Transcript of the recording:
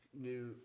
new